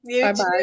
Bye-bye